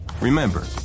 Remember